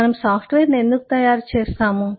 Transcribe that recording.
మనము సాఫ్ట్వేర్ను ఎందుకు తయారుచేస్తాము